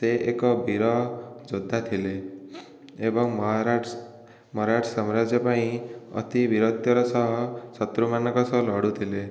ସେ ଏକ ବୀର ଯୋଦ୍ଧା ଥିଲେ ଏବଂ ମରାଠ ମରାଠ ସାମ୍ରାଜ୍ୟ ପାଇଁ ଅତି ବୀରତ୍ୱର ସହ ଶତ୍ରୁ ମାନଙ୍କ ସହ ଲଢ଼ୁଥିଲେ